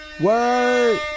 Word